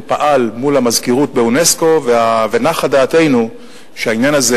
הוא פעל מול המזכירות באונסק"ו ונחה דעתנו שהעניין הזה,